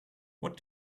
what